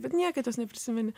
bet niekad jos neprisimeni